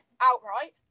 outright